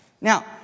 Now